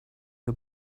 the